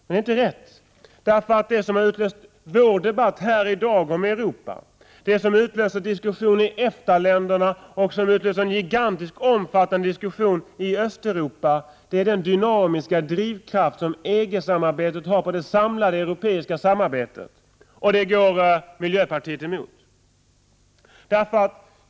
Det är inte rätt, eftersom det som har utlöst vår debatt här i dag om Europa, det som utlöser diskussion i EFTA-länderna och som utlöser en gigantisk och omfattande diskussion i Östeuropa är den dynamiska drivkraft som EG-samarbetet utövar på det samlade europeiska samarbetet. Denna går miljöpartiet emot.